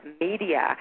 media